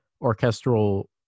orchestral